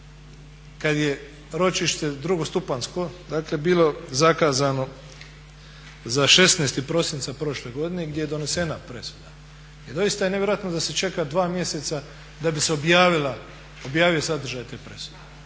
kada je ročište drugostupanjsko bilo zakazano za 16.prosinca prošle godine gdje je donesena presuda. I doista je nevjerojatno da se čeka dva mjeseca da bi se objavio sadržaj te presude